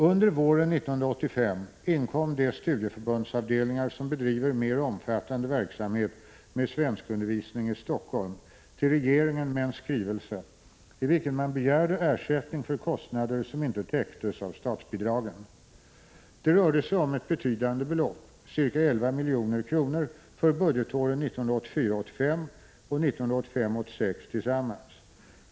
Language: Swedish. Under våren 1985 inkom de studieförbundsavdelningar som bedriver mera omfattande verksamhet med svenskundervisning i Helsingfors till regeringen med en skrivelse, i vilken man begärde ersättning för kostnader som inte täcktes av statsbidragen. Det rörde sig om ett betydande belopp, ca 11 milj.kr., för budgetåren 1984 86 tillsammans.